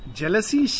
Jealousy